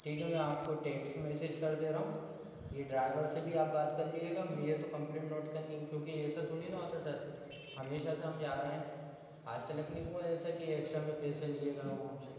ठीक है मैं आपको टेक्स्ट मेसेज कर दे रहा हूँ ये ड्राइवर से भी आप बात कर लिजिएगा मुझे तो कम्प्लेंट नोट करनी है क्योंकि ऐसा थोड़ी ना होता है सर हमेशा से हम जा रहे हैं आज तलक नहीं हुआ ऐसा कि एक्स्ट्रा में पैसे लिए गए हों हमसे